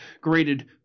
graded